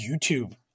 YouTube